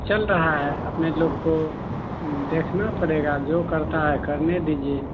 चल रहा है अपने लोग को देखना पड़ेगा जो करता है करने दीजिए